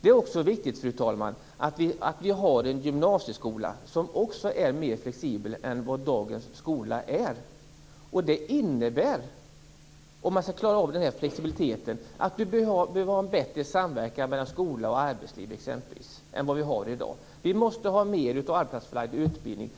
Det är också viktigt, fru talman, att vi har en gymnasieskola som är mer flexibel än vad dagens skola är. Om man skall klara av den flexibiliteten innebär det att vi behöver ha en bättre samverkan mellan exempelvis skola och arbetsliv än vi har i dag. Vi måste ha mer av arbetsplatsförlagd utbildning.